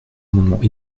amendements